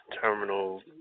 terminal